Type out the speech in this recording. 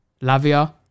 Lavia